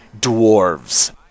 dwarves